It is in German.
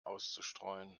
auszustreuen